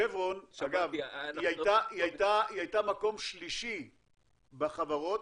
'שברון' הייתה מקום שלישי בחברות,